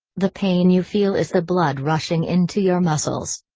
the pain you feel is the blood rushing into your muscles.